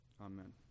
Amen